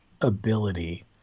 ability